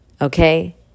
okay